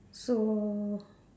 so